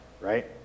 right